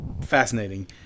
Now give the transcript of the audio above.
fascinating